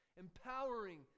Empowering